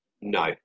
No